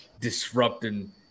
disrupting